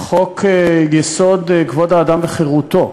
שחוק-יסוד: כבוד האדם וחירותו,